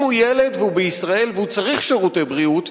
אם הוא ילד והוא בישראל והוא צריך שירותי בריאות,